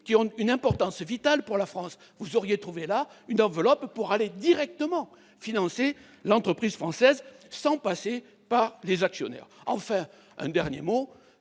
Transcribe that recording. d'une importance vitale pour la France. Vous auriez trouvé là une enveloppe qui aurait directement financé l'entreprise française sans passer par les actionnaires. Enfin, cette